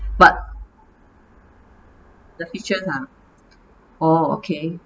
but the features ah oh okay